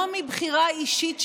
לא מבחירה האישית שלהם,